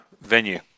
venue